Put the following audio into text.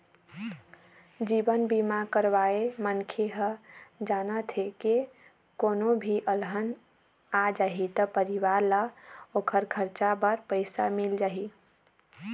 जीवन बीमा करवाए मनखे ह जानथे के कोनो भी अलहन आ जाही त परिवार ल ओखर खरचा बर पइसा मिल जाही